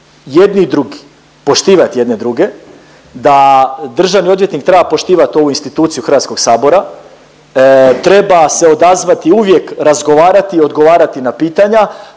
jedni i drugi poštivati jedni druge, da državni odvjetnik treba poštivati ovu instituciju Hrvatskog sabora, treba se odazvati uvijek razgovarati i odgovarati na pitanja,